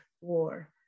war